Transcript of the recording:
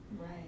Right